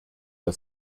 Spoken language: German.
der